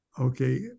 okay